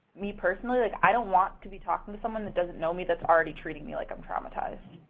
me personally, like, i don't want to be talking to someone that doesn't know me that's already treating me like i'm traumatized.